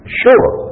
sure